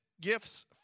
gifts